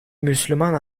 müslüman